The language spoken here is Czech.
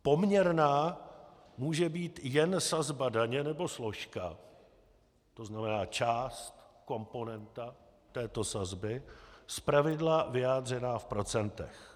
Poměrná může být jen sazba daně nebo složka, to znamená, část, komponenta této sazby, zpravidla vyjádřená v procentech.